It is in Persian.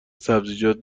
سبزیجات